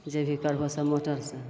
जे भी करबहो सब मोटरसे